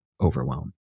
overwhelm